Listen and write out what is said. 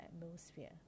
atmosphere